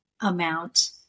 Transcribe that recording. amount